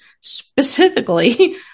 specifically